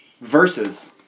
versus